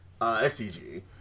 SCG